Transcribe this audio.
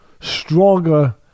stronger